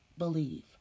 believe